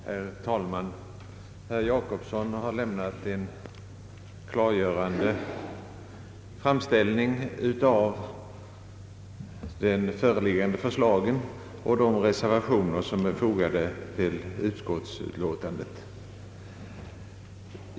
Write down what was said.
Herr talman! Herr Gösta Jacobsson har lämnat en klargörande framställning av de föreliggande förslagen och de reservationer som är fogade till utskottsbetänkandet.